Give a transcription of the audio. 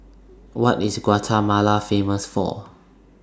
What IS Guatemala Famous For